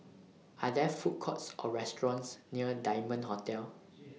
Are There Food Courts Or restaurants near Diamond Hotel